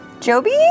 Joby